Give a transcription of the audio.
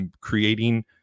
creating